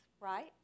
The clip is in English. right